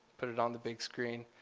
put it on the big screen.